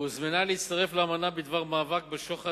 והוזמנה להצטרף לאמנה בדבר מאבק בשוחד